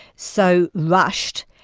so rushed,